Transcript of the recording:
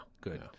Good